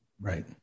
Right